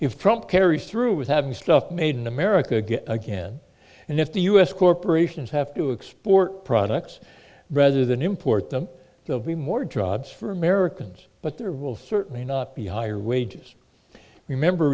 if trump carries through with having stuff made in america get again and if the us corporations have to export products rather than import them they'll be more drugs for americans but there will certainly not be higher wages remember